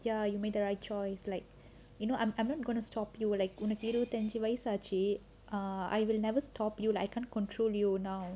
ya you made the right choice like you know I'm I'm not gonna stop you will like உனக்கு இருவத்தி அஞ்சு வயசாச்சி:unakku iruvathi anju vayasaachi ah I will never stop you like I can't control you now